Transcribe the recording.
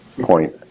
point